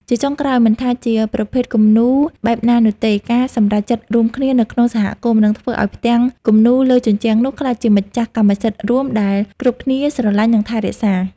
ជាចុងក្រោយ មិនថាជាប្រភេទគំនូរបែបណានោះទេ ការសម្រេចចិត្តរួមគ្នានៅក្នុងសហគមន៍ នឹងធ្វើឱ្យផ្ទាំងគំនូរលើជញ្ជាំងនោះក្លាយជាម្ចាស់កម្មសិទ្ធិរួមដែលគ្រប់គ្នាស្រឡាញ់ និងថែរក្សា។